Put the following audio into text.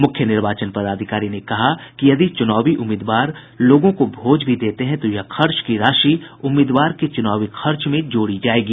मुख्य निर्वाचन पदाधिकारी ने कहा कि यदि चुनावी उम्मीदवार लोगों को भोज भी देते हैं तो यह खर्च की राशि उम्मीदवार के चुनावी खर्च में जोड़ी जायेगी